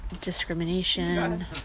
discrimination